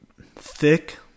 thick